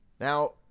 Now